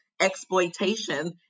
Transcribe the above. exploitation